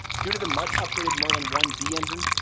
due to the much upgraded merlin one d engine,